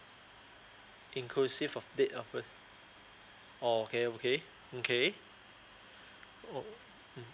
inclusive of date of birth orh okay okay okay oh